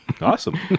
Awesome